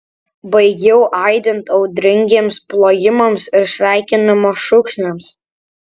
baigiau aidint audringiems plojimams ir sveikinimo šūksniams